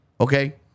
okay